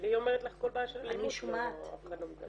אבל היא אומרת לך כל --- זה נראה לי מוזר.